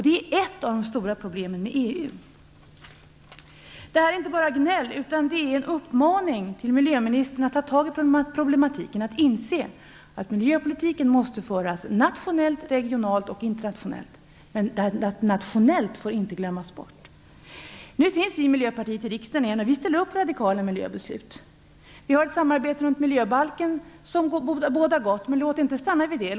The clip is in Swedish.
Det är ett av de stora problemen med EU. Detta är inte bara gnäll utan en uppmaning till miljöministern att ta tag i problemen, att inse att miljöpolitiken måste föras nationellt, regionalt och internationellt. Man får inte glömma bort att föra den nationellt. Nu finns vi i Miljöpartiet i riksdagen igen, och vi ställer upp på radikala miljöbeslut. Vi har ett samarbete runt miljöbalken som bådar gott. Men låt det inte stanna vid det!